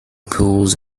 pools